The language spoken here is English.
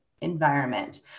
environment